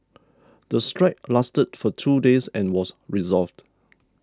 the strike lasted for two days and was resolved